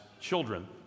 children